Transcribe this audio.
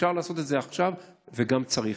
אפשר לעשות את זה עכשיו, וגם צריך.